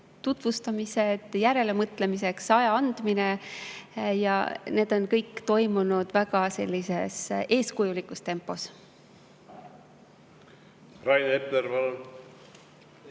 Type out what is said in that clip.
tutvustamised, järelemõtlemiseks aja andmine. Ja need on kõik toimunud väga eeskujulikus tempos.